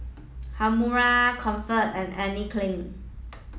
Haruma Comfort and Anne Klein